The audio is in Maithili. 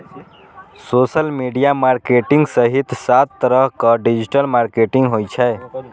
सोशल मीडिया मार्केटिंग सहित सात तरहक डिजिटल मार्केटिंग होइ छै